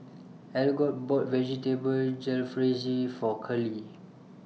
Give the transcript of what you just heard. Algot bought Vegetable Jalfrezi For Curley